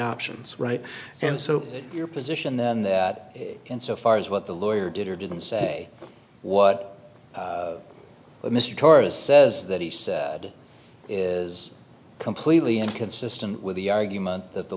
options right and so your position then that in so far as what the lawyer did or didn't say what mr torres says that he said is completely inconsistent with the argument that the